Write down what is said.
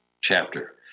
chapter